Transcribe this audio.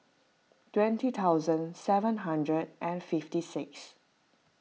twenty thousand seven hundred and fifty six